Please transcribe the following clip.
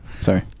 Sorry